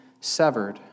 severed